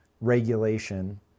regulation